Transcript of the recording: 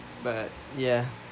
but ya